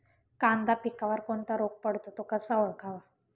कांदा पिकावर कोणता रोग पडतो? तो कसा ओळखावा?